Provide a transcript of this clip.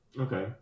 okay